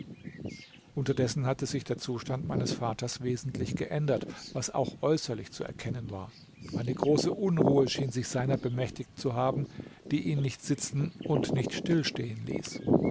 unterdessen hatte sich der zustand meines vaters wesentlich geändert was auch äußerlich zu erkennen war eine große unruhe schien sich seiner bemächtigt zu haben die ihn nicht sitzen und nicht still stehen ließ